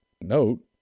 note